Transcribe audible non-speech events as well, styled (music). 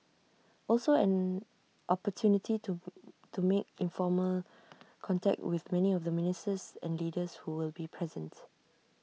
also an opportunity to (unintelligible) to make informal contact with many of the ministers and leaders who will be present